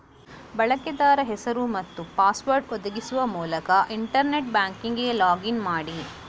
ಬಳಕೆದಾರ ಹೆಸರು ಮತ್ತು ಪಾಸ್ವರ್ಡ್ ಒದಗಿಸುವ ಮೂಲಕ ಇಂಟರ್ನೆಟ್ ಬ್ಯಾಂಕಿಂಗಿಗೆ ಲಾಗ್ ಇನ್ ಮಾಡಿ